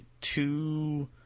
two